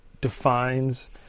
defines